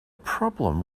problem